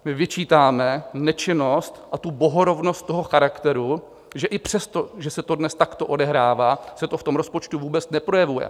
My vyčítáme nečinnost a bohorovnost toho charakteru, že i přesto, že se to dnes takto odehrává, se to v rozpočtu vůbec neprojevuje.